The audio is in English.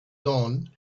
dawn